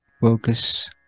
focus